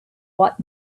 what